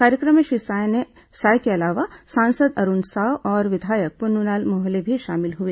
कार्यक्रम में श्री साय के अलावा सांसद अरूण साव और विधायक पुन्नूलाल मोहले भी शामिल हुए